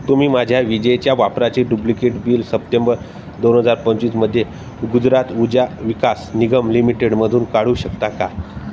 तुम्ही माझ्या विजेच्या वापराची डुब्लिकेट बिल सप्टेंबर दोन हजार पंचवीसमध्ये गुजरात उर्जा विकास निगम लिमिटेडमधून काढू शकता का